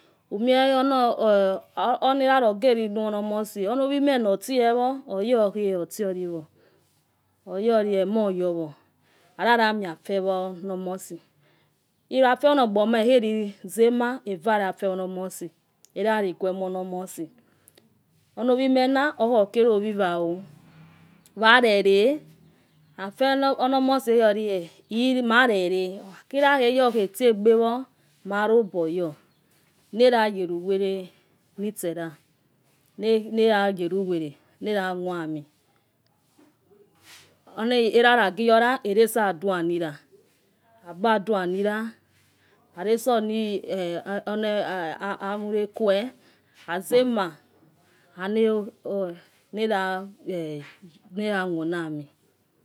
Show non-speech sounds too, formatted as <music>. Umie <hesitation> onierara ogeri noi onomosi onomomena otiewo oyokhe otioriwo oyokhe emoyowo arara miafewa onomosi ewa fewa onogboma ekheri zema evare afewaono mosi ekheyori eh mare re okhaki ra khey okhe tie egbe wo maro boyo nerayeruwere ni tsera ne nerage nuwere ne rawami <noise> oni erara nagi iyora eresadua nira agbadua nira are soni ah ahmire que azema ah nera eh neva wonami.